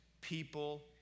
people